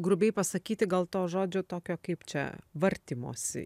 grubiai pasakyti gal to žodžio tokio kaip čia vartymosi